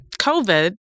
COVID